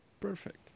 Perfect